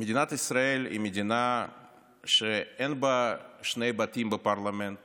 מדינת ישראל היא מדינה שאין בה שני בתים בפרלמנט